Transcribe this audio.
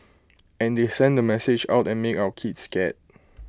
and they send the message out and make our kids scared